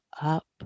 up